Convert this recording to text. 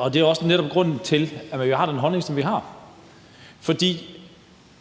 og det er netop også grunden til, at vi har den holdning, som vi har. For